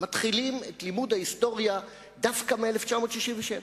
מתחילים את לימוד ההיסטוריה דווקא מ-1967,